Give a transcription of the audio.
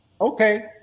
okay